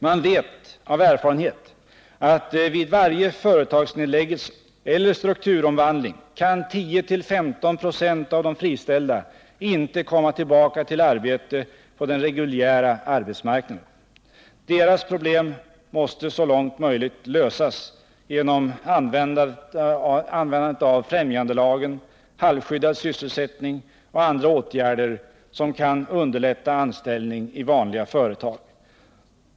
Man vet av erfarenhet att vid varje företagsnedläggelse eller strukturomvandling kan 10-15 96 av de friställda inte komma tillbaka till arbete på den reguljära arbetsmarknaden. Deras problem måste så långt möjligt lösas genom användande av främjandelagen, halvskyddad sysselsättning och andra åtgärder som kan underlätta anställning i vanliga företag.